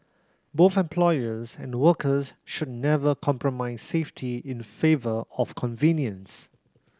both employers and workers should never compromise safety in favour of convenience